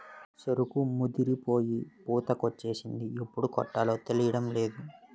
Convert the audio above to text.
సెరుకు ముదిరిపోయి పూతకొచ్చేసింది ఎప్పుడు కొట్టాలో తేలడంలేదు